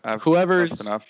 Whoever's